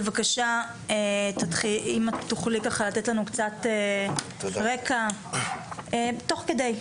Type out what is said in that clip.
בבקשה, אם תוכלי לתת לנו קצת רקע, תוך כדי.